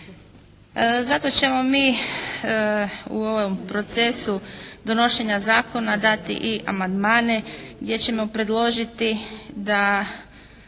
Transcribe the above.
Zato ćemo mi u ovom procesu donošenja zakona dati i amandmane gdje ćemo predložiti da